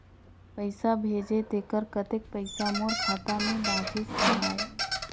पइसा भेजे तेकर कतेक पइसा मोर खाता मे बाचिस आहाय?